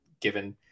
given